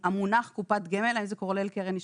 המונח קופת גמל, האם זה כולל קרן השתלמות?